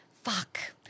fuck